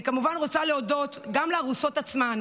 אני כמובן רוצה להודות גם לארוסות עצמן